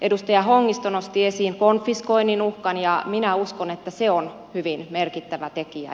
edustaja hongisto nosti esiin konfiskoinnin uhkan ja minä uskon että se on hyvin merkittävä tekijä